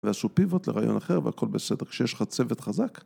ועשו פיבוט לרעיון אחר והכל בסדר כשיש לך צוות חזק